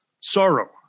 sorrow